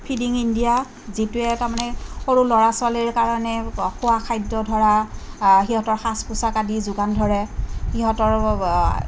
feeding India যিটোৱে তাৰমানে সৰু ল'ৰা ছোৱালীৰ কাৰণে খোৱা খাদ্য ধৰা সিহঁতৰ সাজ পোছাক আদিৰ যোগান ধৰে সিহঁতৰ